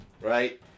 right